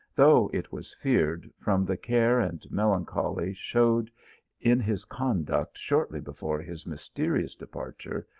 though it was feared, from the care and melancholy showed in his conduct shortly before his mysterious departure,